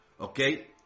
okay